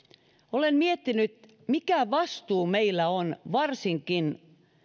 olen miettinyt mikä vastuu meillä ja myös hallituspuolueilla on varsinkin